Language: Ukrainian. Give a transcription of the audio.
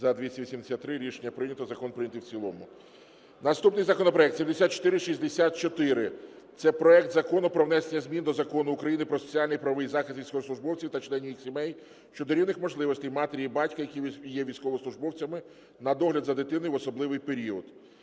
За-283 Рішення прийнято. Закон прийнятий в цілому. Наступний законопроект 7464 – це проект Закону про внесення змін до Закону України "Про соціальний і правовий захист військовослужбовців та членів їх сімей" щодо рівних можливостей матері і батька, які є військовослужбовцями, на догляд за дитиною в особливий період.